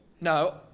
No